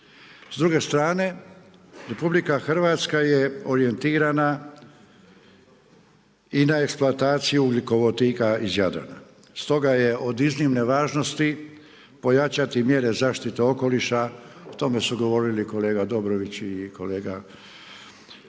S druge strane, RH je orijentirana i na eksploataciju ugljikovodika iz Jadrana. Stoga je od iznimne važnosti pojačati mjere zaštite okoliša, o tome su govorili kolega Dobrović i kolega pa